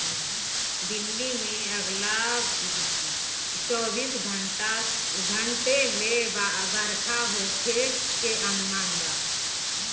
दिल्ली में अगला चौबीस घंटा ले बरखा होखे के अनुमान बा